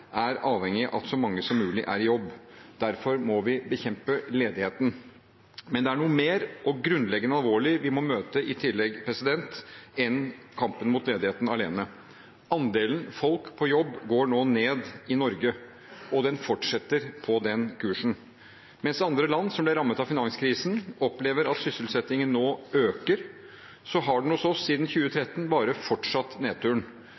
er avhengig av at så mange som mulig er i jobb. Derfor må vi bekjempe ledigheten. Men det er noe mer og grunnleggende alvorligere vi må møte enn kampen mot ledigheten alene. Andelen folk på jobb går nå ned i Norge, og den fortsetter på den kursen. Mens andre land som ble rammet av finanskrisen, opplever at sysselsettingen nå øker, har den hos oss siden 2013 bare fortsatt nedturen,